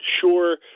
sure